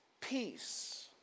peace